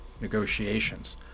negotiations